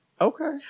Okay